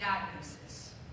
diagnosis